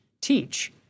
teach